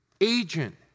agent